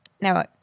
Now